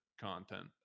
content